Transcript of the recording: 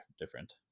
different